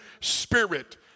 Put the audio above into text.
spirit